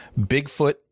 Bigfoot